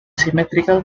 symmetrical